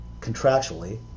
contractually